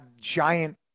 giant